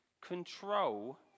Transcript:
control